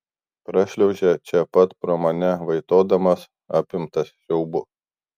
prašliaužia čia pat pro mane vaitodamas apimtas siaubo